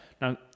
now